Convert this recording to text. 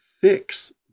fix